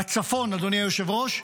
בצפון, אדוני היושב-ראש,